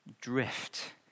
drift